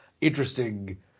interesting